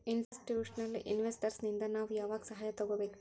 Institutional investors ಇಂದಾ ನಾವು ಯಾವಾಗ್ ಸಹಾಯಾ ತಗೊಬೇಕು?